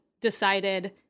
decided